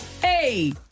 Hey